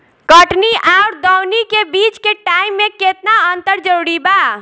कटनी आउर दऊनी के बीच के टाइम मे केतना अंतर जरूरी बा?